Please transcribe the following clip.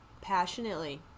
passionately